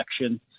election